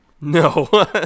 No